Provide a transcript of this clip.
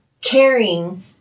caring